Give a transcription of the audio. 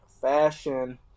fashion